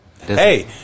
Hey